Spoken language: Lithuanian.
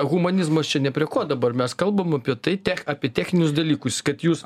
humanizmas čia ne prie ko dabar mes kalbam apie tai tech apie techninius dalykus kad jūs